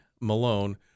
Malone